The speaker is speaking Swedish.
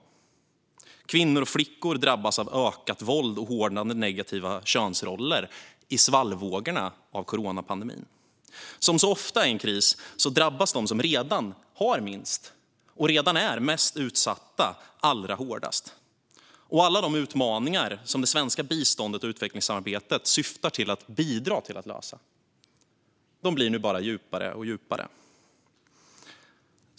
Kvinnor och flickor drabbas av ökat våld och av hårdnande, negativa könsroller i svallvågorna av coronapandemin. Som så ofta i en kris drabbas de som redan har minst och redan är mest utsatta allra hårdast. Och alla de utmaningar som det svenska biståndet och utvecklingssamarbetet syftar till att lösa blir nu bara djupare och djupare.